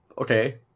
Okay